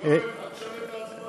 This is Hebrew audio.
יואל, אל תשנה את ההצבעה.